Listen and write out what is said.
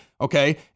Okay